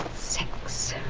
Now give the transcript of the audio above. six,